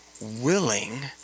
willing